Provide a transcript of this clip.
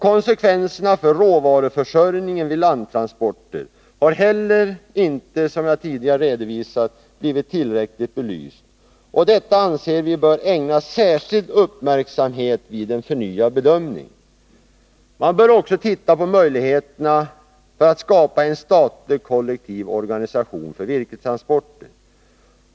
Konsekvenserna för råvaruförsörjningen vid landtransporter har heller inte, som jag tidigare redovisat, blivit tillräckligt belysta. Detta anser vi bör ägnas särskild uppmärksamhet vid en förnyad bedömning. Man bör också titta på möjligheterna att skapa en statlig kollektiv organisation för virkestransporter.